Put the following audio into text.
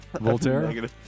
Voltaire